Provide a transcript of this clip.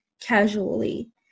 casually